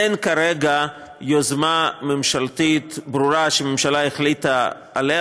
אין כרגע יוזמה ממשלתית ברורה שהממשלה החליטה עליה,